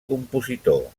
compositor